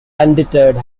undeterred